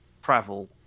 travel